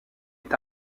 est